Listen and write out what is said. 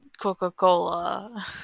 Coca-Cola